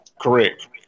Correct